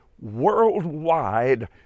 worldwide